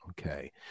Okay